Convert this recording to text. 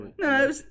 no